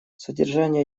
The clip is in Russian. содержание